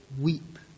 weep